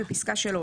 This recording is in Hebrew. בפסקה (3),